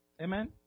Amen